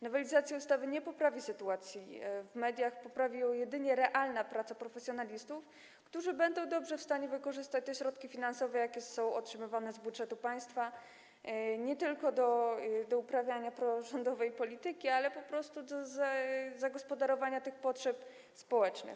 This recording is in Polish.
Nowelizacja ustawy nie poprawi sytuacji w mediach, poprawi ją jedynie realna praca profesjonalistów, którzy będą w stanie dobrze wykorzystać te środki finansowe, jakie są przekazywane z budżetu państwa, nie tylko do uprawiania prorządowej polityki, ale po prostu do zagospodarowania potrzeb społecznych.